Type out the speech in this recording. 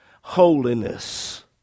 Holiness